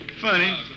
Funny